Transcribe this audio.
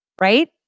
right